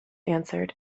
answered